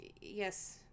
yes